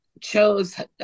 chose